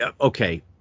Okay